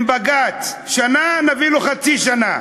אם בג"ץ יגיד על שנה, נביא לו חצי שנה.